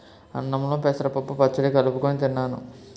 అన్నంలో పెసరపప్పు పచ్చడి కలుపుకొని తిన్నాను